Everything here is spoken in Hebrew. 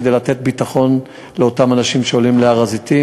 כדי לתת ביטחון לאותם אנשים שעולים להר-הזיתים.